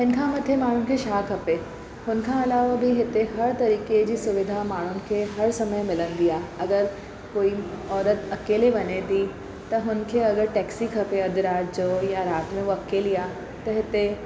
हिन खां मथे माण्हू खे छा खपे हुन खां अलावा बि हिते हर तरीक़े जी सुविधा माण्हुनि खे हर समय मिलंदी आहे अगरि कोई औरत अकेले वञे थी त हुनखे अगरि टैक्सी खपे अधु राति जो या राति में उहा अकेली आहे त हिते